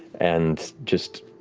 and just